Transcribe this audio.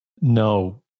no